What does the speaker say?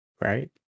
right